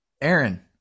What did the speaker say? Aaron